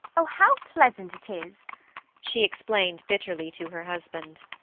oh, how pleasant it is she explained bitterly to her husband,